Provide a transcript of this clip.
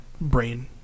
brain